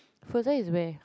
frozen is where